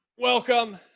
welcome